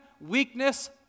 weakness